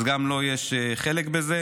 אז גם לו יש חלק בזה,